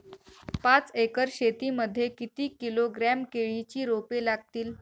पाच एकर शेती मध्ये किती किलोग्रॅम केळीची रोपे लागतील?